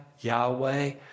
Yahweh